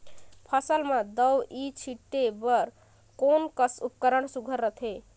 फसल म दव ई छीचे बर कोन कस उपकरण सुघ्घर रथे?